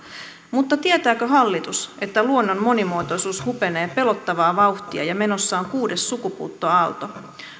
mutta tietääkö hallitus että luonnon monimuotoisuus hupenee pelottavaa vauhtia ja menossa on kuudes sukupuuttoaalto